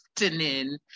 listening